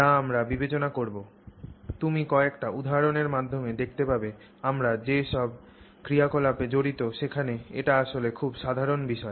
যা আমরা বিবেচনা করব তুমি কয়েকটি উদাহরণের মাধ্যমে দেখতে পাবে আমরা যে সব ক্রিয়াকলাপে জড়িত সেখানে এটি আসলে খুব সাধারণ বিষয়